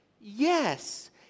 Yes